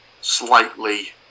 slightly